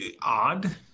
odd